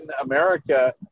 America